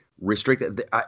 restricted